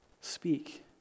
Speak